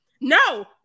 No